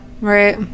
Right